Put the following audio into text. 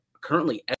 currently